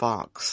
Fox